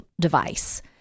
device